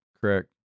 correct